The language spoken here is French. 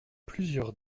plusieurs